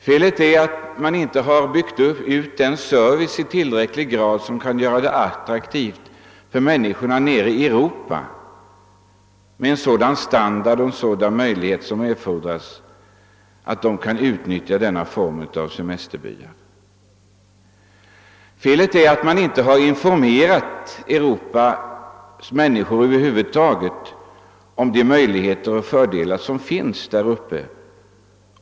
Felet är att man inte i tillräcklig utsträckning byggt ut den service, inte skapat den standard som kan göra det attraktivt för människorna nere i Europa att utnyttja dessa semesterbyar. Felet är att man över huvud taget inte har informerat invånarna i Europas länder om de möjligheter och fördelar som finns här uppe.